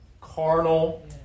carnal